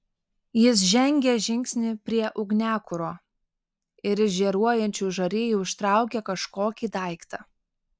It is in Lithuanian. jis žengė žingsnį prie ugniakuro ir iš žėruojančių žarijų ištraukė kažkokį daiktą